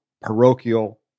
parochial